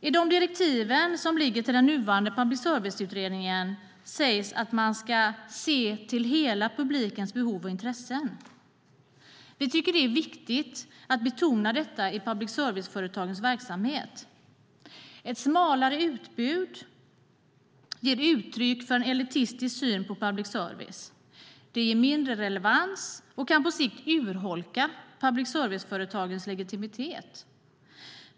I direktiven till den nuvarande public service-utredningen sägs att man ska se till hela publikens behov och intressen. Det är viktigt att betona detta i public service-företagens verksamhet. Ett smalare utbud ger uttryck för en elitistisk syn på public service. Det ger mindre relevans och kan på sikt urholka public service-företagens legitimitet.